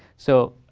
so,